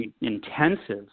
intensive